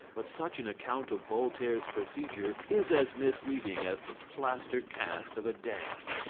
but such an account of voltaire's procedure is as misleading as the plaster cast of a dance.